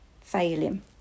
failing